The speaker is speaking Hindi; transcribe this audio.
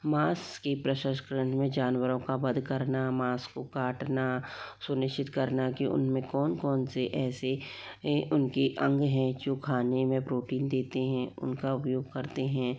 मांस के प्रसंस्करण में जानवरों का वध करना मांस को काटना सुनिश्चित करना कि उनमें कौन कौन से ऐसे उनके ऐसे अंग है जो खाने में प्रोटीन देते हैं उनका उपयोग करते हैं